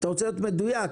אתה רוצה להיות מדויק.